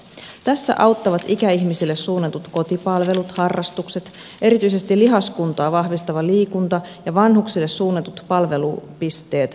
tässä auttavat ikäihmisille suunnatut kotipalvelut harrastukset erityisesti lihaskuntoa vahvistava liikunta ja vanhuksille suunnatut palvelupisteet vanhusneuvolat